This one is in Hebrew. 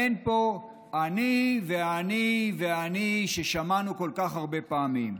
אין פה אני ואני ואני, ששמענו כל כך הרבה פעמים.